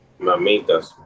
Mamitas